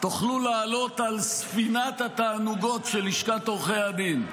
תוכלו לעלות על ספינת התענוגות של לשכת עורכי הדין.